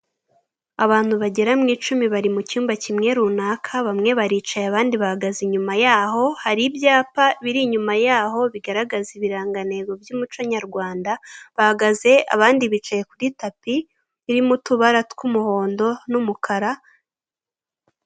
Abantu bagera mu icumi bari mu cyumba kimwe runaka, bamwe baricaye abandi bahagaze inyuma yaho, hari ibyapa biri inyuma yaho bigaragaza ibirangantego by'umuco nyarwanda, bahagaze abandi bicaye kuri tapi irimo utubara tw'umuhondo n'umukara..